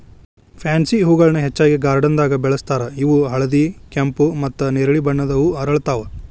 pansy ಹೂಗಳನ್ನ ಹೆಚ್ಚಾಗಿ ಗಾರ್ಡನ್ದಾಗ ಬೆಳೆಸ್ತಾರ ಇವು ಹಳದಿ, ಕೆಂಪು, ಮತ್ತ್ ನೆರಳಿ ಬಣ್ಣದ ಹೂ ಅರಳ್ತಾವ